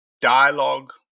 dialogue